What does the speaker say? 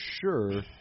sure –